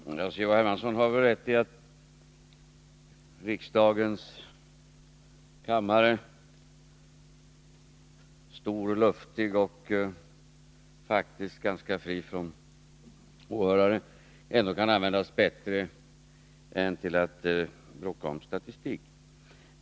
Fru talman! Carl-Henrik Hermansson har väl rätt i att riksdagens kammare — stor och luftig och faktiskt ganska fri från åhörare — kan användas bättre än till att bråka om statistik.